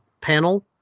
panel